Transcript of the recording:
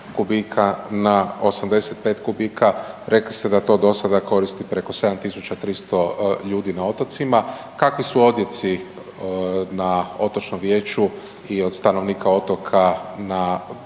na 85 kubika, rekli ste da to do sada koristi preko 7.300 ljudi na otocima. Kakvi su odjeci na Otočnom vijeću i od stanovnika otoka na